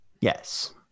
Yes